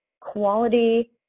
quality